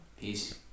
Peace